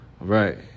right